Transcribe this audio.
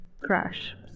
crash